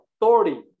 authority